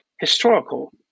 historical